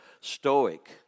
stoic